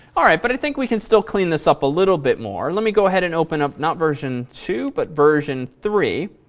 all right, but i think we can still clean this up a little bit more. and let me go ahead and open up not version two but version three.